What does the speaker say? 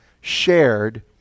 shared